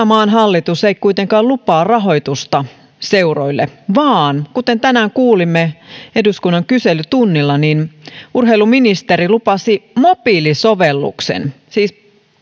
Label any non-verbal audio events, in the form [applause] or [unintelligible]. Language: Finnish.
[unintelligible] maan hallitus ei kuitenkaan lupaa rahoitusta seuroille vaan kuten tänään kuulimme eduskunnan kyselytunnilla urheiluministeri lupasi mobiilisovelluksen siis